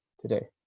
today